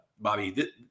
Bobby